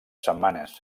setmanes